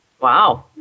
Wow